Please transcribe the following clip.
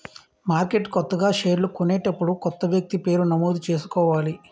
మార్కెట్లో కొత్తగా షేర్లు కొనేటప్పుడు కొత్త వ్యక్తి పేరు నమోదు చేసుకోవాలి